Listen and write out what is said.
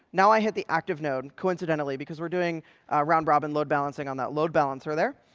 now i hit the active node, coincidentally. because we're doing round-robin load balancing on that load balancer there.